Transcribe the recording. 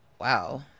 Wow